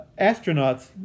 astronauts